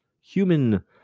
human